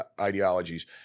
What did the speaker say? ideologies